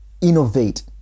innovate